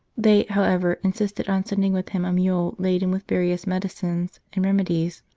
they, however, insisted on sending with him a mule laden with various medicines and remedies